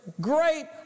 great